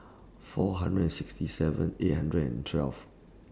four hundred and sixty seven eight hundred and twelve